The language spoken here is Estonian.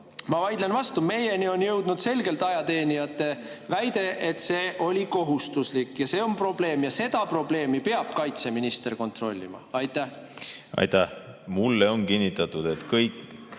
ma vaidlen vastu. Meieni on jõudnud selgelt ajateenijate väide, et see oli kohustuslik. Ja see on probleem ja seda probleemi peab kaitseminister kontrollima. Aitäh, hea spiiker!